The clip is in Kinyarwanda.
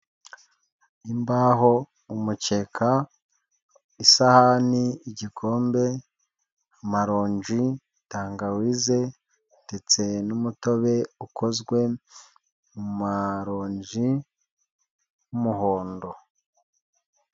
Imbaho, umuceka, isahani, igikombe, maronji, tangawise, ndetse n'umutobe ukozwe mu maronji w'umuhondo.